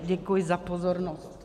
Děkuji za pozornost.